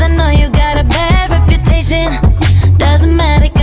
ah know you got a bad reputation doesn't matter,